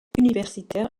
universitaire